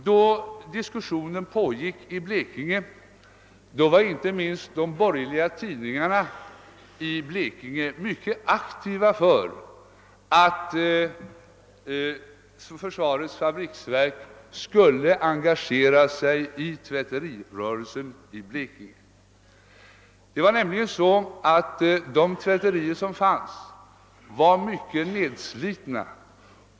Då diskussionen pågick i Blekinge var inte minst de borgerliga tidningarna där mycket aktiva för att försvarets fabriksverk skulle engagera sig i tvätterirörelsen i Blekinge. De tvätterier som fanns var nämligen mycket nerslitna.